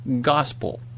gospel